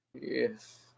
Yes